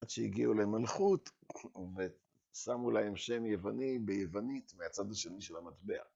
עד שהגיעו למלכות, ושמו להם שם יווני ביוונית מהצד השני של המטבע.